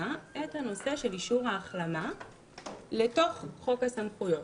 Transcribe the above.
את נושא אישור ההחלמה לתוך חוק הסמכויות.